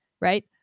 right